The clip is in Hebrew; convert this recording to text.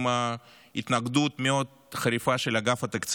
עם התנגדות חריפה מאוד של אגף התקציבים.